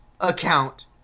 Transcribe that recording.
account